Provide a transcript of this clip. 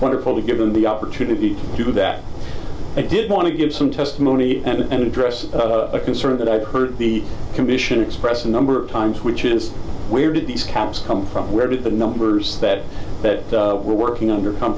wonderfully given the opportunity to do that i did want to give some testimony and address a concern that i've heard the commission express a number of times which is where did these caps come from where did the numbers that that we're working under come